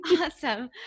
Awesome